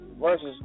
versus